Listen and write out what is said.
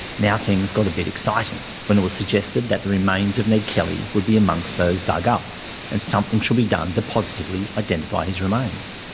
now things got a bit exciting when it was suggested that the remains of ned kelly would be amongst those dug up and something should be done to positively identify his remains.